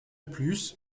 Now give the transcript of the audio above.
plus